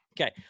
Okay